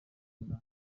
nicolas